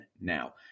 now